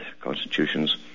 constitutions